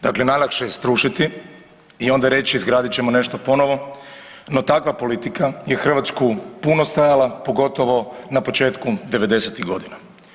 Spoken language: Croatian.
Dakle, najlakše je srušiti i onda reći izgradit ćemo nešto ponovno, no takva politika je Hrvatsku puno stajala, pogotovo na početku '90.-tih godina.